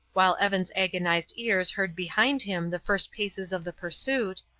while evan's agonized ears heard behind him the first paces of the pursuit,